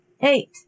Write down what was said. Eight